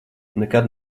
nekad